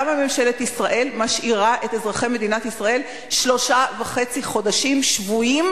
למה ממשלת ישראל משאירה את אזרחי מדינת ישראל שלושה חודשים וחצי שבויים